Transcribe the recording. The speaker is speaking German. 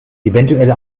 eventuelle